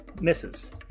misses